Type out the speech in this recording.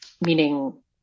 meaning